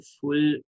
full